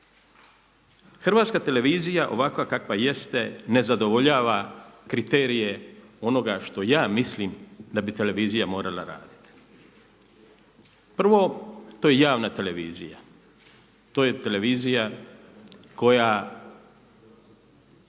Hrvatska televizija ovakva kakva jeste ne zadovoljava kriterije onoga što ja mislim da bi televizija morala raditi. Prvo, to je javna televizija, to je televizija koja